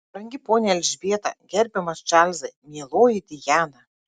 brangi ponia elžbieta gerbiamas čarlzai mieloji diana